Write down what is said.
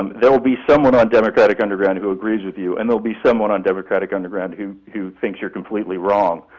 um there will be someone on democratic underground who agrees with you, and there'll be someone on democratic underground who who thinks you're completely wrong.